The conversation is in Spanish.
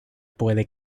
puede